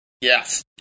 yes